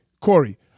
Corey